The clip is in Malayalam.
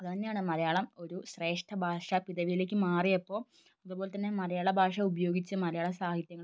അത് തന്നെയാണ് മലയാളം ഒരു ശ്രേഷ്ഠ ഭാഷ പിദവിയിലേക്ക് മാറിയപ്പോൾ അതുപോലെ തന്നെ മലയാള ഭാഷ ഉപയോഗിച്ചു മലയാള സാഹിത്യങ്ങൾ